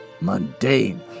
mundane